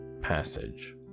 passage